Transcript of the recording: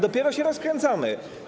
Dopiero się rozkręcamy.